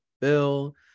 bill